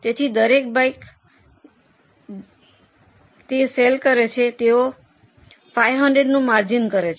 તેથી દરેક બાઇક જે તે સેલ કરે છે તેઓ 500 નું માર્જિન કરે છે